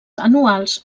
anuals